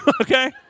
Okay